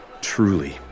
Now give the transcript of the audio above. Truly